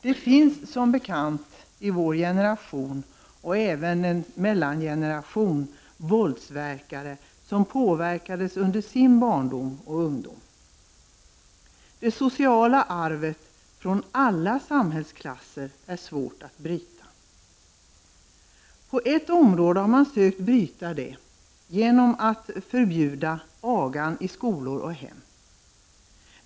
Det finns som bekant i vår generation, och även i en mellangeneration, våldsverkare som påverkades under sin barndom och ungdom. Det sociala arvet från alla samhällsklasser är svårt att bryta. På ett område har man sökt bryta det genom att förbjuda agan i skolor och hem.